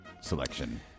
selection